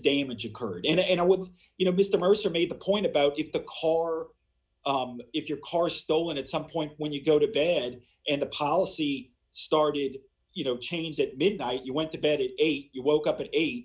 daemons occurred in a in a with you know mr mercer made the point about if the car if your car stolen at some point when you go to bed and the policy started you know changed at midnight you went to bed at eight you woke up at eight